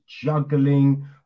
juggling